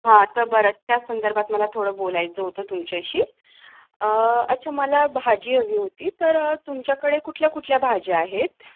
हां तर बरं त्या संदर्भात मला थोडं बोलायचं होतं तुमच्याशी अच्छा मला भाजी हवी होती तर तुमच्याकडे कुठल्या कुठल्या भाज्या आहेत